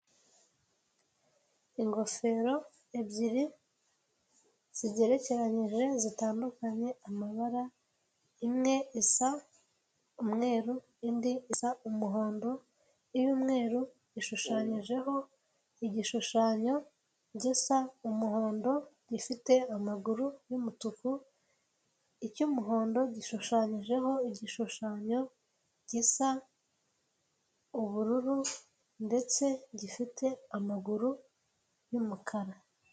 Ingofero ebyiri zigerekeranyije zitandukanye amabara imwe isa umweru indi iza umuhondo, iy'umweru ishushanyijeho igishushanyo gisa umuhondo gifite amaguru y'umutuku, icy'umuhondo gishushanyijeho igishushanyo gisa ubururu ndetse gifite amaguru y'umukara.